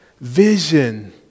Vision